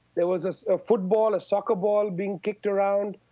there was ah a football, a soccer ball being kicked around.